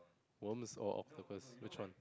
worms or octopus which one